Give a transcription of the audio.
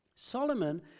Solomon